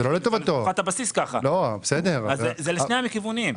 זה מתקופת הבסיס, אז זה לשני הכיוונים.